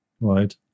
right